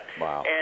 Wow